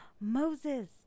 Moses